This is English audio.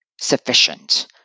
sufficient